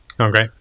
Okay